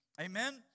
Amen